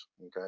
okay